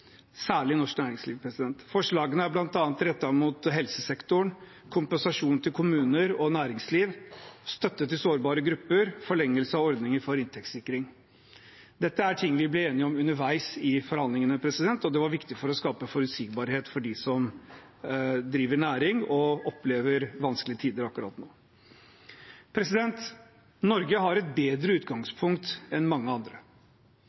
særlig for norsk næringsliv. Forslagene er bl.a. rettet mot helsesektoren, kompensasjon til kommuner og næringsliv, støtte til sårbare grupper og forlengelse av ordninger for inntektssikring. Dette er ting vi ble enige om underveis i forhandlingene, og det var viktig for å skape forutsigbarhet for dem som driver næring og opplever vanskelige tider akkurat nå. Norge har et bedre utgangspunkt enn mange andre.